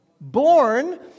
born